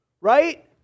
right